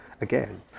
again